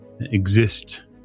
exist